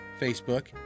Facebook